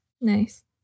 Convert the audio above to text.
Nice